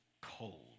cold